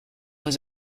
was